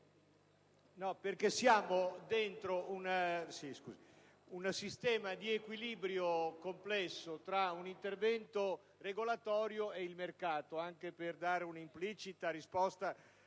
che siamo dentro un sistema di equilibrio complesso tra un intervento regolatorio e il mercato: dico questo anche per fornire un'implicita risposta